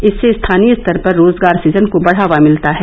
इससे स्थानीय स्तर पर रोजगार सूजन को बढ़ावा मिलता है